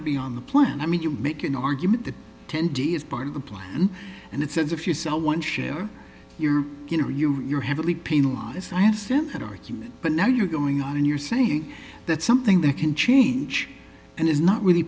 to be on the plan i mean you make an argument that ten d is part of the plan and it says if you sell one share your you know you're heavily penalized i have said that argument but now you're going on you're saying that something that can change and is not really